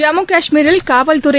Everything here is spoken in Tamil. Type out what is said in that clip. ஜம்மு கஷ்மீரில் காவல்துறை